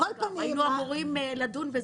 היינו אמורים לדון בזה.